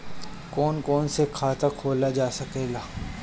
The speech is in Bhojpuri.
कौन कौन से खाता खोला जा सके ला?